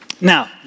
Now